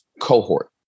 cohort